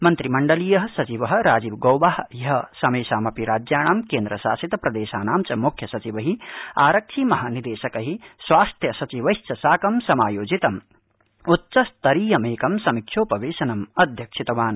मंत्रिमंडलीय सचिव राजीव गौबा ह्य समेषामपि राज्याणां केंद्रशासित प्रदेशानां च मुख्य सचिवआरक्षि महानिदेशक स्वास्थ्य सचिवध्यसाकं समायोजितं उच्चस्तरीयमेकं समीक्षोपवेशनं अध्यक्षितवान्